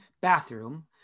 bathroom